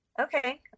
Okay